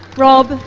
rob,